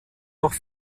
noch